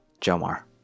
Jomar